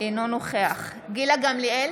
אינו נוכח גילה גמליאל,